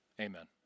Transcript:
Amen